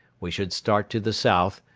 we should start to the south,